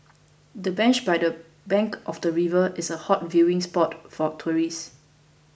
the bench by the bank of the river is a hot viewing spot for tourists